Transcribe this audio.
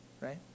right